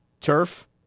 Turf